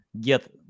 get